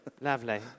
Lovely